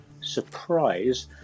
surprise